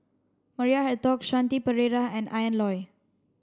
Maria Hertogh Shanti Pereira and Ian Loy